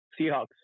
Seahawks